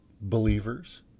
believers